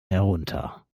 herunter